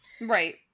right